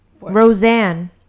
Roseanne